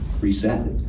reset